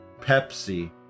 Pepsi